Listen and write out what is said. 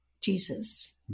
Jesus